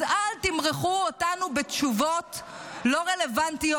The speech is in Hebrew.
אז אל תמרחו אותנו בתשובות לא רלוונטיות.